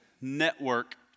network